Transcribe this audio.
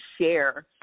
share